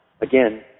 again